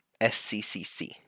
SCCC